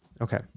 Okay